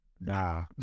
Nah